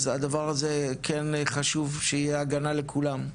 אז הדבר הזה כן חשוב שתהיה הגנה לכולם.